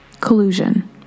collusion